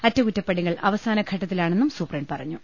അറ്റകുറ്റപ്പണികൾ അവസാനഘട്ടത്തിലാണെന്നും സൂപ്രണ്ട് പറഞ്ഞു